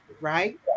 right